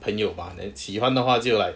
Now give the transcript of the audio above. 朋友吧 then 喜欢的话就 like